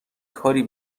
کاری